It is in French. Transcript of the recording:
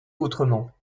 autrement